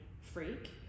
freak